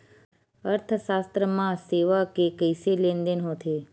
अर्थशास्त्र मा सेवा के कइसे लेनदेन होथे?